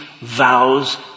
vows